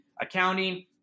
accounting